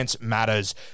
matters